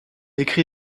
écrit